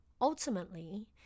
Ultimately